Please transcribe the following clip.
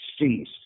cease